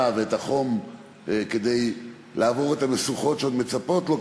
ואת החום כדי לעבור את המשוכות שעוד מצפות לו,